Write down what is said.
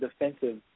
defensive